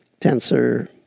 tensor